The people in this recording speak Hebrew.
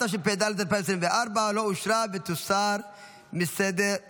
התשפ"ד 2024, לא אושרה, ותוסר מסדר-היום.